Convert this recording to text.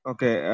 Okay